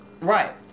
Right